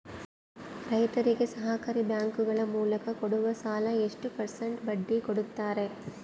ರೈತರಿಗೆ ಸಹಕಾರಿ ಬ್ಯಾಂಕುಗಳ ಮೂಲಕ ಕೊಡುವ ಸಾಲ ಎಷ್ಟು ಪರ್ಸೆಂಟ್ ಬಡ್ಡಿ ಕೊಡುತ್ತಾರೆ?